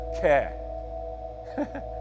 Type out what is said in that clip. care